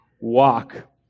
walk